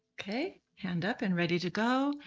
okay? hand up and ready to go.